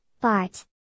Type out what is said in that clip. Bart